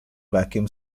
vacuum